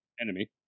Enemy